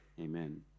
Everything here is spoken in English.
Amen